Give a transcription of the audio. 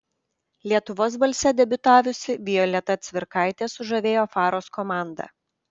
lietuvos balse debiutavusi violeta cvirkaitė sužavėjo faros komandą